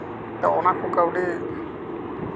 ᱛᱚ ᱚᱱᱟ ᱠᱚ ᱠᱟᱹᱣᱰᱤ